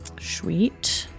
Sweet